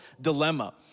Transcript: Dilemma